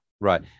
right